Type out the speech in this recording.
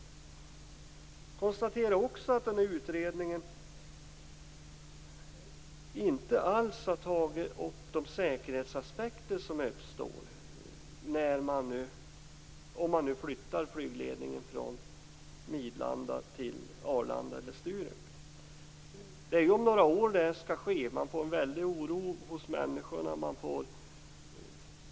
Jag konstaterar också att utredningen inte alls har tagit upp de säkerhetsaspekter som aktualiseras om man flyttar flygledningen från Midlanda till Arlanda eller Sturup. Det här skall ske om några år. Det blir en väldig oro bland människorna.